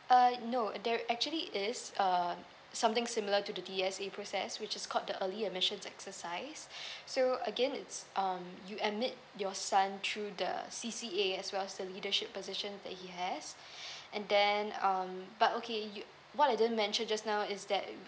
uh no there actually is uh something similar to the D_S_A process which is called the early admission exercise so again it's um you admit your son through the C_C_A as well as a leadership position that he has and then um but okay you what I didn't mention just now is that